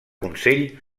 consell